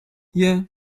yeah